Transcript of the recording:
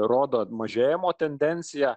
rodo mažėjimo tendenciją